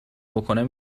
بکنم